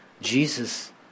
Jesus